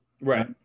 Right